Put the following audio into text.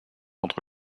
entre